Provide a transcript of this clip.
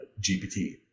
GPT